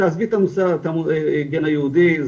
תעזבי את המושג הגן היהודי,